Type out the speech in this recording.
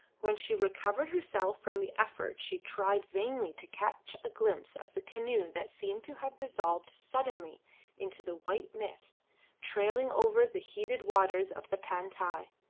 when she recovered herself from the effort she tried vainly to catch a glimpse of the canoe that seemed to have dissolved suddenly into the white mist trailing over the heated waters of the pantai.